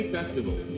Festival